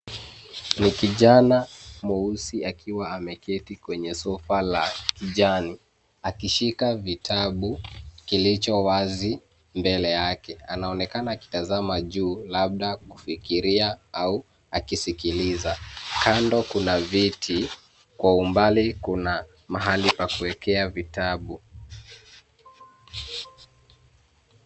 Ni kijana mweusi akiwa ameketi kwenye sofa la kijani, akishika vitabu kilicho wazi mbele yake. Anaonekana akitazama juu labda kufikiria au akisikiliza. Kando kuna viti, kwa umbali kuna mahali pa kuekea vitabu.